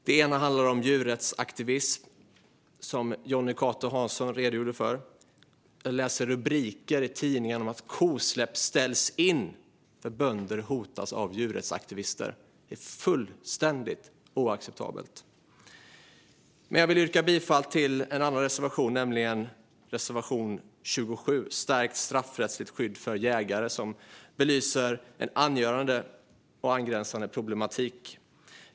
Den ena handlar om djurrättsaktivism, som Jonny Cato Hansson redogjorde för. Jag läser rubriker i tidningen om att kosläpp ställs in för att bönder hotas av djurrättsaktivister. Det är fullständigt oacceptabelt. Jag vill yrka bifall till en annan reservation, nämligen reservation 27 om stärkt straffrättsligt skydd för jägare, som belyser en angränsande problematik.